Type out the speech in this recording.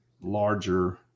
larger